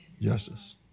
justice